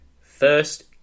first